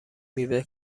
میوه